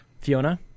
Fiona